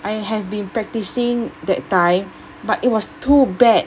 I have been practicing that time but it was too bad